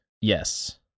yes